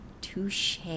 touche